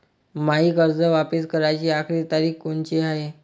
मायी कर्ज वापिस कराची आखरी तारीख कोनची हाय?